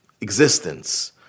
existence